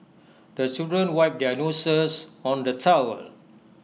the children wipe their noses on the towel